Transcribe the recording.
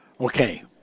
Okay